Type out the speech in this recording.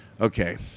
Okay